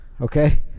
Okay